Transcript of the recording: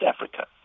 Africa